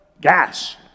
gas